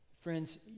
Friends